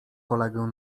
kolegę